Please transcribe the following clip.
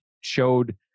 showed